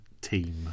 team